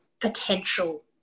potential